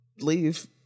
leave